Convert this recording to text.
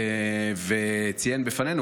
וציין בפנינו,